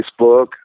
Facebook